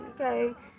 Okay